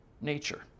nature